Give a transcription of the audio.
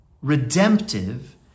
redemptive